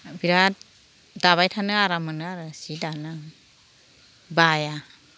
बिराद दाबायथानो आराम मोनो आरो जि दानानै बाया